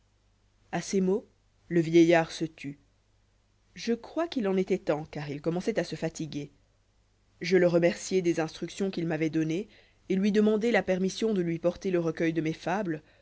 à ces mots le vieillard se tut je crois qu'ilen étoit temps car il commençoit à se fatiguer je le remerciai des instructions qu'il m'ayoit données et lui demandai la permission de lui porter le recueil de mes fables